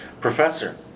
Professor